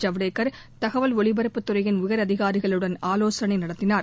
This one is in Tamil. ஜவ்டேக் தகவல் ஒலிபரப்புத் துறையின் உயர் அதிகாரிகளுடன் ஆலோசனை நடத்தினார்